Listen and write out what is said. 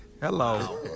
Hello